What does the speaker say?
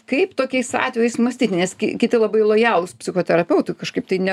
kaip tokiais atvejais mąstyt nes kiti labai lojalūs psichoterapeutui kažkaip tai ne